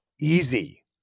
easy